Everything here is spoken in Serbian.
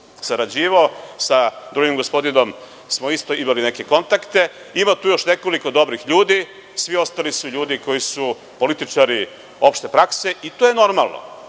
sarađivao. Sa drugim gospodinom smo isto imali neke kontakte. Ima tu još nekoliko dobrih ljudi, svi ostali su ljudi koji su političari opšte prakse i to je normalno.